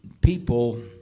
people